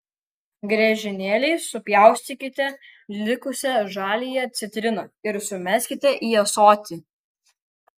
griežinėliais supjaustykite likusią žaliąją citriną ir sumeskite į ąsotį